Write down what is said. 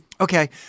Okay